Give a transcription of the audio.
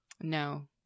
No